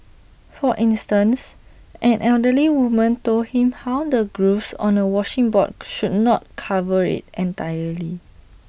for instance an elderly woman told him how the grooves on A washing board should not cover IT entirely